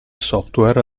software